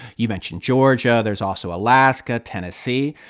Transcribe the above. you mentioned georgia. there's also alaska, tennessee.